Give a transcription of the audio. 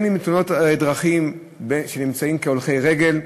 אם בתאונות דרכים, כהולכי רגל,